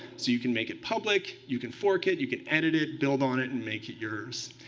so you can make it public, you can fork it, you can edit it, build on it, and make it yours.